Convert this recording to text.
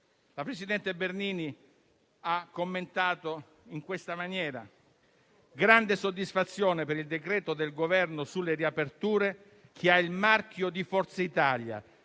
La presidente Bernini ha commentato in questa maniera: grande soddisfazione per il decreto-legge del Governo sulle riaperture, che ha il marchio di Forza Italia,